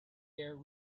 air